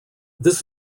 this